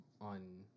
on